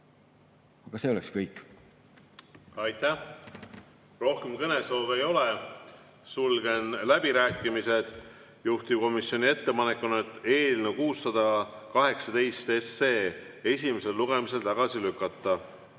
Aga see oleks kõik. Aitäh! Rohkem kõnesoove ei ole. Sulgen läbirääkimised. Juhtivkomisjoni ettepanek on eelnõu 618 esimesel lugemisel tagasi lükata.